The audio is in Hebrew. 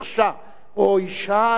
או השהה את תגובתו,